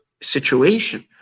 situation